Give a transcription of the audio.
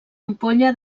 ampolla